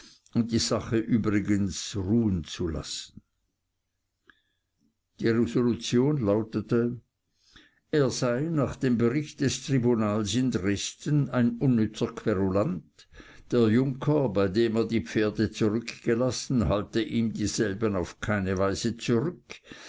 die sache übrigens ruhenzulassen die resolution lautete er sei nach dem bericht des tribunals in dresden ein unnützer querulant der junker bei dem er die pferde zurückgelassen halte ihm dieselben auf keine weise zurück